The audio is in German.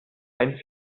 ein